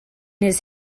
his